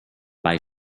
bei